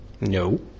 No